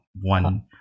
one